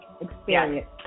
experience